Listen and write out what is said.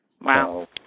Wow